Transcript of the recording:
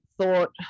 thought